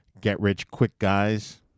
get-rich-quick-guys